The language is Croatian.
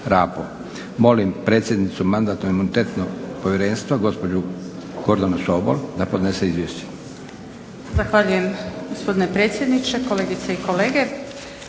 molim predsjednicu Mandatno-imunitetnog povjerenstva gospođu Gordanu Sobol da podnese izvješće.